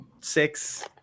Six